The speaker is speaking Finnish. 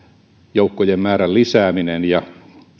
joukkojen määrän lisääminen ja